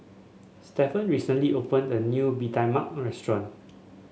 Stefan recently opened a new Bee Tai Mak restaurant